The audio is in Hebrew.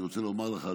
אני רוצה לומר לך,